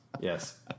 Yes